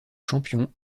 champion